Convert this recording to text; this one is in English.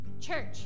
Church